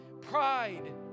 Pride